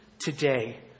today